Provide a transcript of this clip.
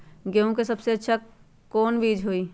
गेंहू के सबसे अच्छा कौन बीज होई?